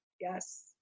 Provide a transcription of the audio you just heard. Yes